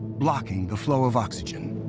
blocking the flow of oxygen.